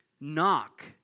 Knock